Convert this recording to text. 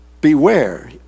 beware